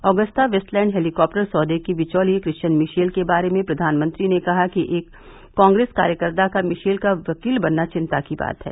Agusta Westland helicopter सौदे के बिचौलिए क्रिश्चियन मिशेल के बारे में प्रधानमंत्री ने कहा कि एक कांग्रेस कार्यकर्ता का मिशेल का वकील बनना चिंता की बात है